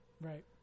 right